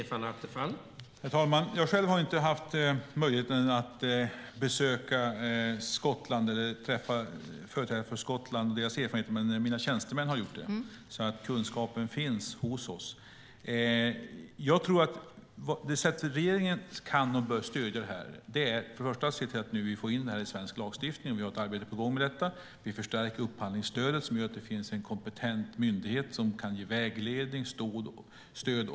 Herr talman! Jag själv har inte haft möjligheten att besöka Skottland eller träffa företrädare för Skottland och höra om deras erfarenheter. Men mina tjänstemän har gjort det. Kunskapen finns alltså hos oss. Det sätt som regeringen kan och bör stödja det här på är till att börja med att se till att vi får in det här i svensk lagstiftning. Vi har ett arbete på gång med det. Vi förstärker upphandlingsstödet som gör att det finns en kompetent myndighet som kan ge vägledning, stöd och råd.